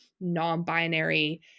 non-binary